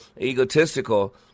egotistical